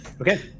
Okay